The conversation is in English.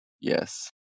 Yes